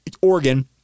Oregon